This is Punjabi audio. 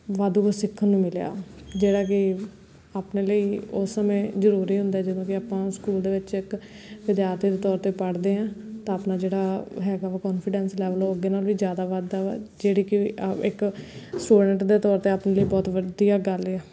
ਵਾਧੂ ਸਿੱਖਣ ਨੂੰ ਮਿਲਿਆ ਜਿਹੜਾ ਕਿ ਆਪਣੇ ਲਈ ਉਸ ਸਮੇਂ ਜ਼ਰੂਰੀ ਹੁੰਦਾ ਜਦੋਂ ਕਿ ਆਪਾਂ ਸਕੂਲ ਦੇ ਵਿੱਚ ਇੱਕ ਵਿਦਿਆਰਥੀ ਦੇ ਤੌਰ 'ਤੇ ਪੜ੍ਹਦੇ ਹਾਂ ਤਾਂ ਆਪਣਾ ਜਿਹੜਾ ਹੈਗਾ ਵਾ ਕੌਨਫੀਡੈਂਸ ਲੈਵਲ ਉਹ ਅੱਗੇ ਨਾਲੋਂ ਵੀ ਜ਼ਿਆਦਾ ਵੱਧਦਾ ਵਾ ਜਿਹੜੀ ਕਿ ਇੱਕ ਸਟੂਡੈਂਟ ਦੇ ਤੌਰ 'ਤੇ ਆਪਣੇ ਲਈ ਬਹੁਤ ਵਧੀਆ ਗੱਲ ਆ